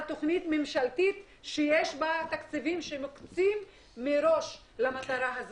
תכנית ממשלתית עם תקציבים שמוקצים מראש למטרה.